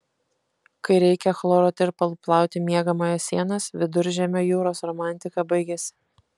kai reikia chloro tirpalu plauti miegamojo sienas viduržemio jūros romantika baigiasi